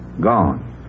Gone